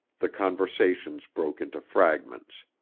the conversations broke into fragments.